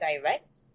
direct